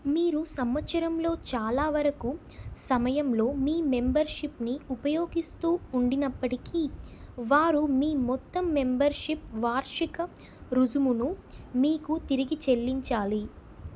మీరు సంవత్సరంలో చాలా వరకు సమయంలో మీ మెంబర్షిప్ని ఉపయోగిస్తూ ఉండినప్పటికి వారు మీ మొత్తం మెంబర్షిప్ వార్షిక రుసుమును మీకు తిరిగి చెల్లించాలి